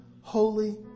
holy